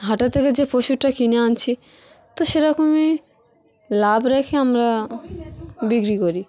হাটা থেকে যে পশুরটা কিনে আনছি তো সেরকমই লাভ রেখে আমরা বিক্রি করি